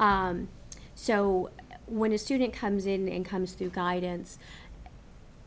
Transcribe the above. case so when a student comes in and comes through guidance